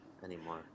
Anymore